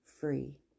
free